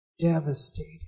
devastated